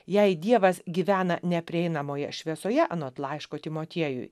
jei dievas gyvena neprieinamoje šviesoje anot laiško timotiejui